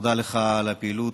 תודה לך על הפעילות.